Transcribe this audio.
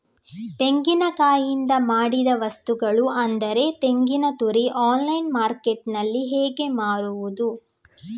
ತೆಂಗಿನಕಾಯಿಯಿಂದ ಮಾಡಿದ ವಸ್ತುಗಳು ಅಂದರೆ ತೆಂಗಿನತುರಿ ಆನ್ಲೈನ್ ಮಾರ್ಕೆಟ್ಟಿನಲ್ಲಿ ಹೇಗೆ ಮಾರುದು?